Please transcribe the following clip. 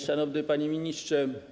Szanowny Panie Ministrze!